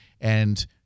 And-